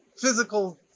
physical